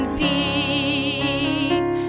peace